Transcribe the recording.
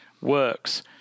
works